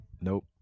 Nope